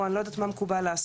או אני לא יודעת מה מקובל לעשות,